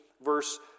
verse